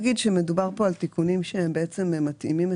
עוד תחומים שהמלצנו בהם היה לגבי קטינים,